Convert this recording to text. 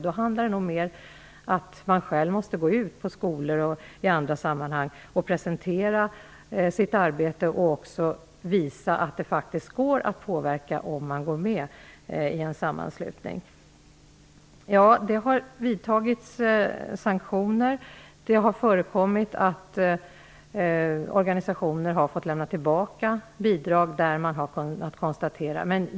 Då handlar det nog om att ungdomsförbunden måste gå ut på skolor och på andra platser och presentera sitt arbete och också visa att det faktiskt går att påverka om man går med i en sammanslutning. Det har vidtagits sanktioner. Det har förekommit att organisationer har fått lämna tillbaka bidrag i fall där man har kunnat konstatera fusk.